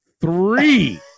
three